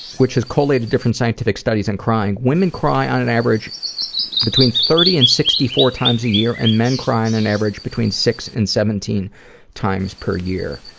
which has collated different scientific studies on crying, women cry on an average between thirty and sixty four times a year and men cry on and an average between six and seventeen times per year.